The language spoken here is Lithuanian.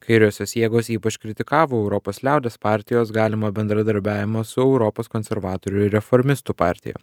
kairiosios jėgos ypač kritikavo europos liaudies partijos galimą bendradarbiavimą su europos konservatorių ir reformistų partija